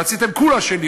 רציתם "כולה שלי",